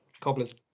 Cobblers